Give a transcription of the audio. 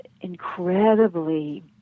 incredibly